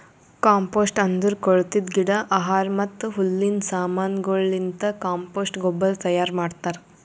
compost ಅಂದುರ್ ಕೊಳತಿದ್ ಗಿಡ, ಆಹಾರ ಮತ್ತ ಹುಲ್ಲಿನ ಸಮಾನಗೊಳಲಿಂತ್ ಕಾಂಪೋಸ್ಟ್ ಗೊಬ್ಬರ ತೈಯಾರ್ ಮಾಡ್ತಾರ್